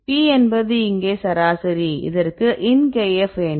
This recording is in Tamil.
P என்பது இங்கே சராசரி அதற்கு ln kf வேண்டும்